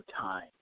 time